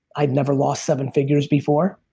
i never lost seven figures before.